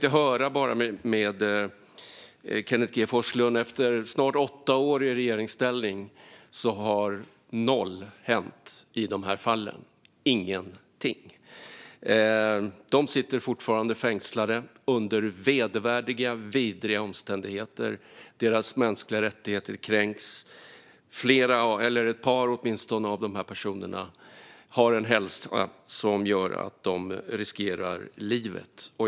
Efter snart åtta år i regeringsställning har noll hänt i de här fallen - ingenting. Dessa personer sitter fortfarande fängslade under vedervärdiga och vidriga omständigheter. Deras mänskliga rättigheter kränks. Åtminstone ett par av de här personerna har en hälsa som gör att de riskerar livet.